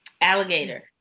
alligator